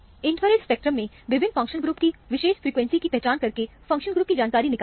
infrared spectrum में विभिन्न functional group की विशेष फ्रीक्वेंसी की पहचान करके फंक्शनल ग्रुप की जानकारी निकालें